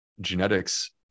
genetics